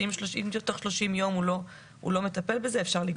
שאם תוך 30 ימים הוא לא מטפל בזה אפשר לגרור.